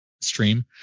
stream